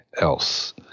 else